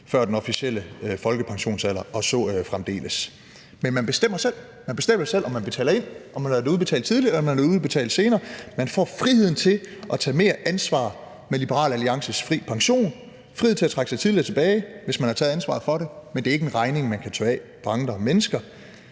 før den officielle folkepensionsalder og så fremdeles. Men man bestemmer selv. Man bestemmer selv, om man betaler ind, om man vil have det udbetalt tidligere, eller om man vil have det udbetalt senere. Man får friheden til at tage mere ansvar med Liberal Alliances fri pension: Frihed til at trække sig tidligere tilbage, hvis man har taget ansvaret for det, men det er ikke en regning, man kan tørre af på andre mennesker.